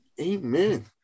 Amen